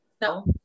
No